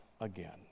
again